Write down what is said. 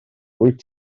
wyt